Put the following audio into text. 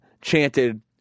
chanted